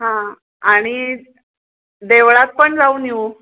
हां आणि देवळात पण जाऊन येऊ